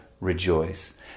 rejoice